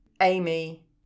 Amy